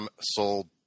sold